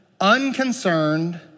unconcerned